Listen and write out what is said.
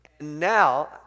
now